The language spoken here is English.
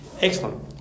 excellent